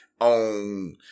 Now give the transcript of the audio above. on